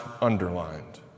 underlined